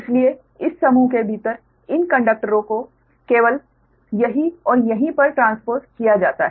इसलिए इस समूह के भीतर इन कंडक्टरों को केवल यहीं और यहीं पर ट्रांसपोस्ड किया जाता है